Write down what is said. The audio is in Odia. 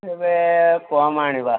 ତେବେ କମ୍ ଆଣିବା